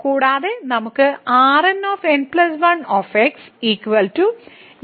കൂടാതെ നമുക്ക് ഈ ഉണ്ട്